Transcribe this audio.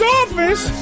office